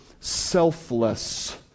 selfless